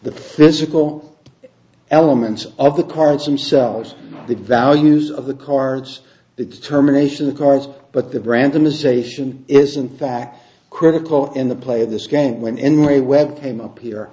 the physical elements of the cards themselves the values of the cards the determination the cards but the random is ation is in fact critical in the play this game when in re web came up here